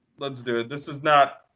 let's do it. this is not